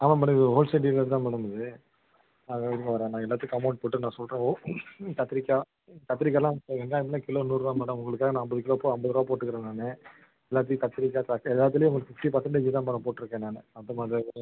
ஆமாம் மேடம் இது ஒரு ஹோல்சேல் டீலர் தான் மேடம் இது அது இருங்கள் வரேன் நான் எல்லாத்துக்கும் அமௌன்ட் போட்டு நான் சொல்கிறேன் கத்திரிக்காய் கத்திரிக்காலாம் வெங்காயம்லாம் கிலோ நூறுரூவா மேடம் உங்களுக்காக நான் ஐம்பது கிலோ ஐம்பது ரூவா போட்டுக்குறேன் நான் எல்லாத்திலையும் கத்திரிக்காய் தக்காளி எல்லாத்திலையும் உங்களுக்கு ஃபிப்ட்டி பர்சண்டேஜ் தான் போட்ருக்கேன் நான் மொத்தமாக